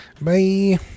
Bye